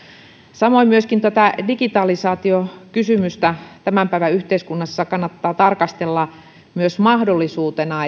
samoin myöskin tätä digitalisaatiokysymystä tämän päivän yhteiskunnassa kannattaa tarkastella myös mahdollisuutena